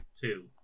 Two